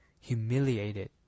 humiliated